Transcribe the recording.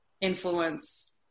influence